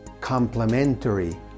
complementary